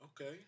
Okay